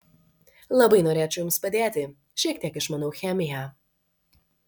labai norėčiau jums padėti šiek tiek išmanau chemiją